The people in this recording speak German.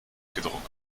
gedruckt